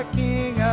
king